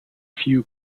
few